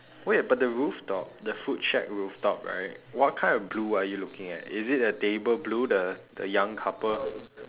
wait but the rooftop the food shack rooftop right what kind of blue are you looking at is it the table blue the the young couple